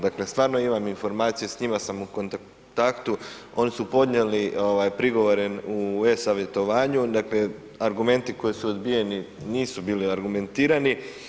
Dakle, stvarno imamo informaciju, s njima sam u kontaktu, oni su podnijeli prigovore u e-Savjetovanju, dakle argumenti koji su odbijeni nisu bili argumentirani.